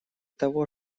того